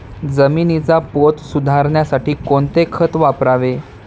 जमिनीचा पोत सुधारण्यासाठी कोणते खत वापरावे?